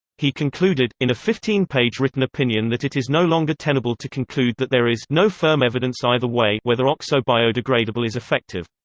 he concluded, in a fifteen page written opinion that it is no longer tenable to conclude that there is no firm evidence either way whether oxo-biodegradable is effective.